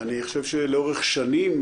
אני חושב שלאורך שנים,